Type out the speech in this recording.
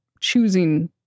choosing